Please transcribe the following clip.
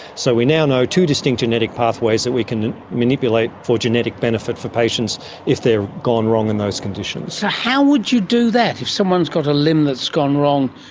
so we now know two distinct genetic pathways that we can manipulate for genetic benefit for patients if they have ah gone wrong in those conditions. how would you do that? if someone has got a limb that's gone wrong,